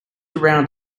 around